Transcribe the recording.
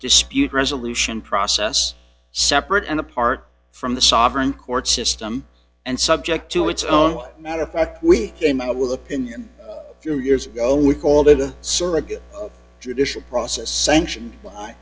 dispute resolution process separate and apart from the sovereign court system and subject to its own matter of fact we came out with opinion here years ago we called it a surrogate judicial process sanctioned